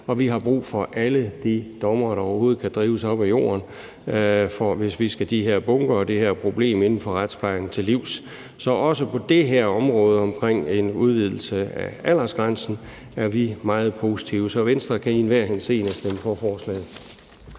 Vi har brug for alle de dommere, der overhovedet kan drives op af jorden, hvis vi skal have de her bunker og det her problem inden for retsplejen til livs, så også på det her område om en udvidelse af aldersgrænsen er vi meget positive. Venstre kan i enhver henseende stemme for forslaget.